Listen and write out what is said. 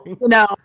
no